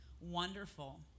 wonderful